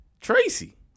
Tracy